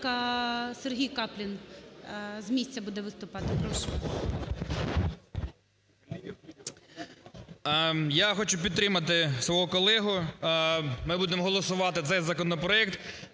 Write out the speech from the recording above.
Я хочу підтримати свого колегу. Ми будемо голосувати цей законопроект.